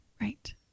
Right